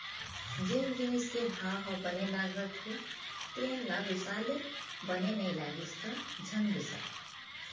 जेन जिनिस के भाव ह बने लागत हे तेन ल बिसा ले, बने नइ लागिस त झन बिसा